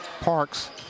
Parks